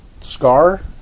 scar